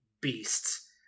beasts